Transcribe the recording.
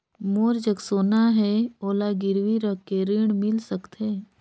मोर जग सोना है ओला गिरवी रख के ऋण मिल सकथे?